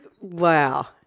Wow